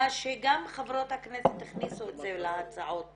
שגם חברות הכנסת הכניסו להצעות